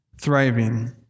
thriving